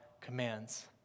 commands